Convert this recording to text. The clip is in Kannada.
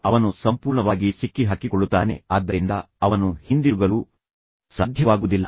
ಅವನು ಸಂಪೂರ್ಣವಾಗಿ ಸಿಕ್ಕಿಹಾಕಿಕೊಳ್ಳುತ್ತಾನೆ ಆದ್ದರಿಂದ ಅವನು ಹಿಂದಿರುಗಲು ಸಾಧ್ಯವಾಗುವುದಿಲ್ಲ